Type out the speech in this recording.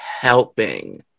helping